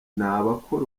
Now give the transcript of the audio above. abakora